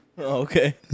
Okay